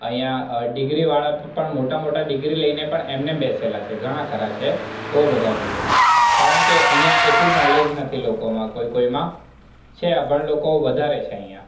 અહીંયાં ડિગ્રીવાળા પણ મોટા મોટા ડિગ્રી લઈને એમ ને એમ બેસેલા છે ઘણા ખરા છે બહુ બધા છે કારણ કે અહીંયાં એટલું નોલેજ નથી લોકોમાં કોઈ કોઈમાં છે અભણ લોકો વધારે છે અહીંયાં